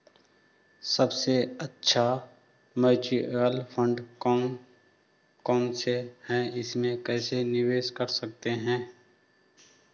सबसे अच्छे mutual fund कौन कौनसे हैं इसमें कैसे निवेश कर सकते हैं?